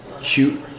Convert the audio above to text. cute